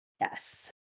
Yes